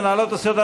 מנהלות הסיעות,